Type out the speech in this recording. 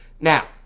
Now